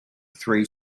three